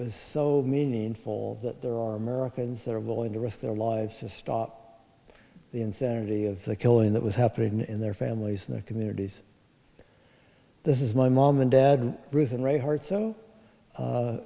was meaningful that there are americans that are willing to risk their lives to stop the insanity of the killing that was happening in their families their communities this is my mom and dad bruce and ray heard so